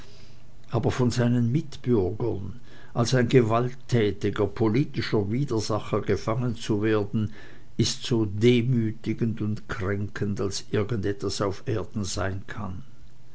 aber von seinen mitbürgern als ein gewalttätiger politischer widersacher gefangen zu werden ist so demütigend und kränkend als irgend etwas auf erden sein kann